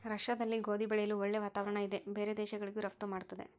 ರಷ್ಯಾದಲ್ಲಿ ಗೋಧಿ ಬೆಳೆಯಲು ಒಳ್ಳೆ ವಾತಾವರಣ ಇದೆ ಬೇರೆ ದೇಶಗಳಿಗೂ ರಫ್ತು ಮಾಡ್ತದೆ